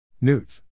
Newt